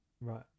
Right